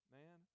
man